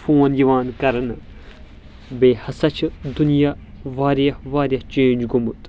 phone چھ یِوان کرنہٕ بیٚیہِ ہسا چھ دُنیا واریاہ واریاہ چینج گوٚمُت